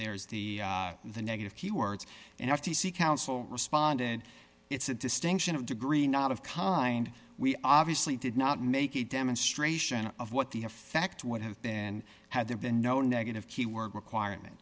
there's the the negative keywords and have to seek counsel responded it's a distinction of degree not of kind we obviously did not make a demonstration of what the effect would have been had there been no negative keyword requirement